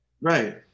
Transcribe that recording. Right